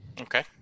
Okay